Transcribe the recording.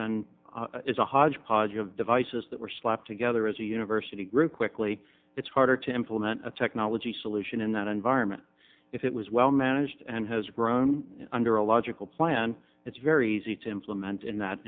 is a hodgepodge of devices that were slapped together as a university group quickly it's harder to implement a technology solution in that environment if it was well managed and has grown under a logical plan it's very easy to implement in that